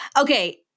Okay